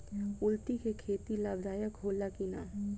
कुलथी के खेती लाभदायक होला कि न?